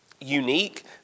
unique